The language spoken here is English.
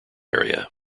area